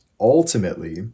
ultimately